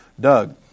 Doug